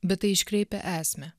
bet tai iškreipia esmę